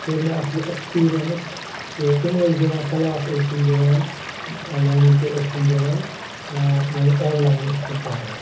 کٔر مےٚ اکھ یہِ اٮ۪کٕپیٖرینٕس تہٕ تِم ٲسی دِوان کٕلاس ٲسۍ تِم دِوان یعنی کہِ ٲسۍ تِم دِوان یعنی آن لایِن ٲسۍ تِم پَران